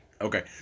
Okay